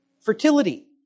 fertility